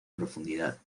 profundidad